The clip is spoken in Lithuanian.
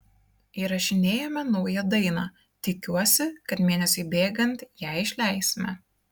įrašinėjame naują dainą tikiuosi kad mėnesiui bėgant ją išleisime